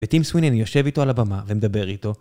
וטים סוינני יושב איתו על הבמה ומדבר איתו.